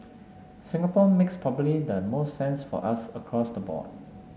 Singapore makes probably the most sense for us across the board